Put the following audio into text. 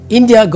India